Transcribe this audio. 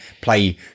play